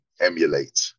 emulate